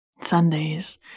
Sundays